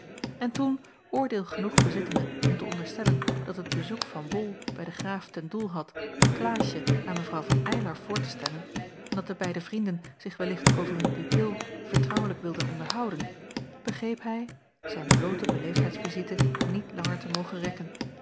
en toen oordeel genoeg bezittende om te onderstellen dat het bezoek van bol bij den graaf ten doel had klaasje aan mw van eylar voor te stellen en dat de beide vrienden zich wellicht over hun pupil vertrouwelijk wilden onderhouden begreep hij zijn bloote beleefdheids-visite niet langer te mogen rekken